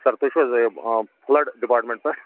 سر تُہۍ چھُو حظ فٕلَڈ ڈِپاٹمٮ۪نٛٹ پٮ۪ٹھ